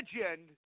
legend